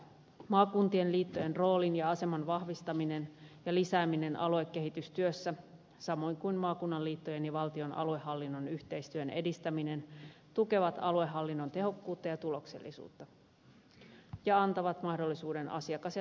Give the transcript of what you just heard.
maakuntien liittojen roolin ja aseman vahvistaminen ja lisääminen aluekehitystyössä samoin kuin maakuntien liittojen ja valtion aluehallinnon yhteistyön edistäminen tukevat aluehallinnon tehokkuutta ja tuloksellisuutta ja antavat mahdollisuuden asiakas ja tarvelähtöisemmälle toiminnalle